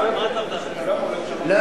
לא,